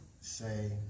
say